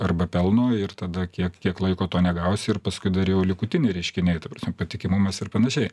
arba pelno ir tada kiek kiek laiko to negausi ir paskui dar jau likutiniai reiškiniai ta prasme patikimumas ir panašiai